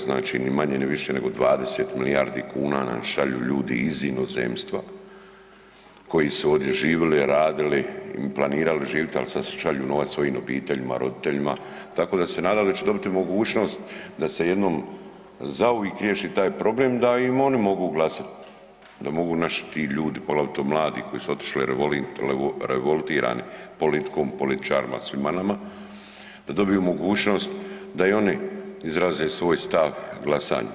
Znači, ni manje ni više nego 20 milijardi kuna nam šalju ljudi iz inozemstva koji su ovdje živili, radili i planirali živit, al sad šalju novac svojim obiteljima, roditeljima, tako da se nadam da će dobiti mogućnost da se jednom zauvik riješi taj problem da i oni mogu glasat, da mogu naši ti ljudi, poglavito mladi koji su otišli revoltirani politikom političarima, svima nama, da dobiju mogućnost da i oni izraze svoj stav glasanjem.